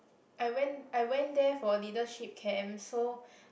I went I went there for leadership camp so